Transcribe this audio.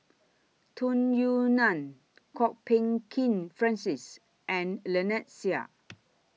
Tung Yue Nang Kwok Peng Kin Francis and Lynnette Seah